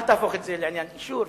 אל תהפוך את זה לעניין של אישור,